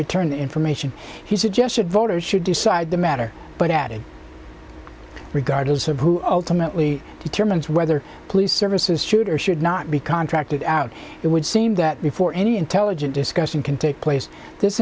return information he suggested voters should decide the matter but added regardless of who ultimately determines whether police services should or should not be contracted out it would seem that before any intelligent discussion can take place this